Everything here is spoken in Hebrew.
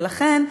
ולכן,